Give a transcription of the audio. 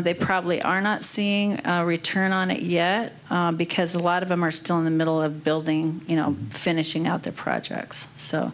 they probably are not seeing a return on it yet because a lot of them are still in the middle of building you know finishing out their projects so